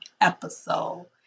episode